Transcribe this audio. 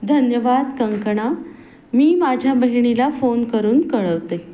धन्यवाद कंकणा मी माझ्या बहिणीला फोन करून कळवते